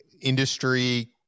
industry